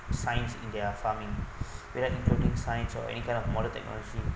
science in their farming without introduce science or any kind of modern technology